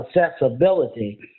accessibility